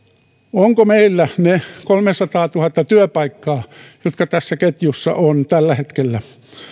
onko meillä ne kolmesataatuhatta työpaikkaa jotka tässä ketjussa ovat tällä hetkellä